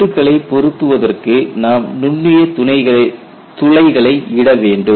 பூட்டுகளை பொருத்துவதற்கு நாம் நுண்ணிய துளைகளை இட வேண்டும்